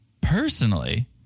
Personally